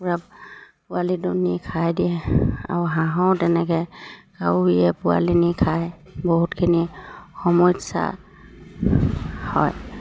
কুকুৰা পোৱালিটো নি খাই দিয়ে আৰু হাঁহও তেনেকৈ কাউৰীয়ে পোৱালি নি খায় বহুতখিনি সমস্যা হয়